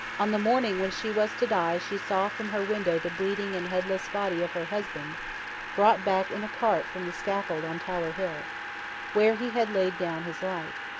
on the morning when she was to die, she saw from her window the bleeding and headless body of her husband brought back in a cart from the scaffold on tower hill where he had laid down his life.